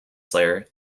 slayer